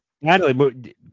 natalie